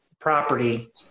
property